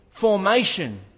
formation